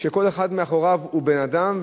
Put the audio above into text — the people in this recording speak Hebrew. וכל אחד מאחוריו הוא בן-אדם,